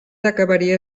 acabaria